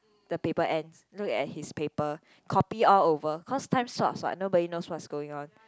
the paper ends look at his paper copy all over cause time sots what nobody knows what's going on